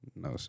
No